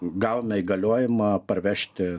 gavome įgaliojimą parvežti